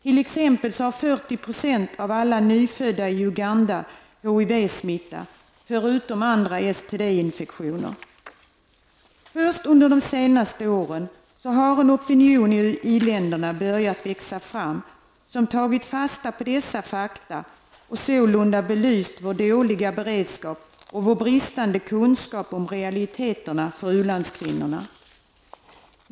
T.ex. 40 % av alla nyfödda i Uganda har HIV-smitta, förutom andra Först under de senaste åren har en opinion i iländerna börjat växa fram som tagit fasta på dessa fakta och sålunda belyst vår dåliga beredskap och vår bristande kunskap om realiteterna för ulandskvinnorna.